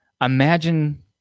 imagine